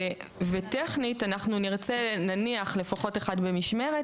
טכנית נרצה לפחות אחד במשמרת,